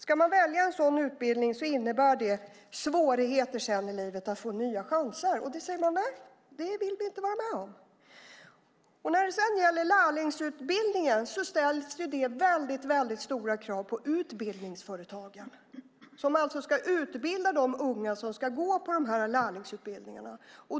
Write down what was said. Ska de välja en sådan utbildning innebär det svårigheter att få nya chanser senare i livet, och det säger de att de inte vill vara med om. Lärlingsutbildningen ställer väldigt stora krav på utbildningsföretagen. De ska utbilda de ungdomar som ska gå på de här lärlingsutbildningarna.